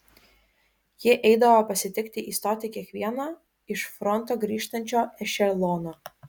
ji eidavo pasitikti į stotį kiekvieno iš fronto grįžtančio ešelono